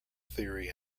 theory